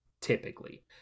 typically